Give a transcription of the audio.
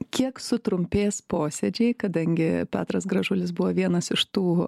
kiek sutrumpės posėdžiai kadangi petras gražulis buvo vienas iš tų